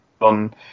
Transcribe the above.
on